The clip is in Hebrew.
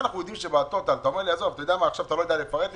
עכשיו אתה לא יודע לפרט לי,